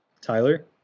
Tyler